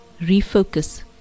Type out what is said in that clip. Refocus